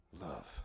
love